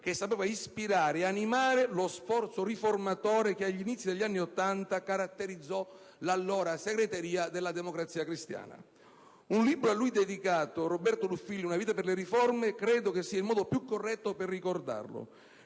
che sapeva ispirare e animare lo sforzo riformatore che agli inizi degli anni Ottanta caratterizzò l'allora segreteria della Democrazia cristiana. Un libro a lui dedicato, «Roberto Ruffilli: una vita per le riforme», credo che sia il modo più corretto per ricordarlo,